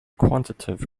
quantitative